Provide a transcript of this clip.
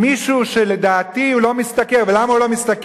ממישהו שלדעתי הוא לא משתכר, ולמה הוא לא משתכר?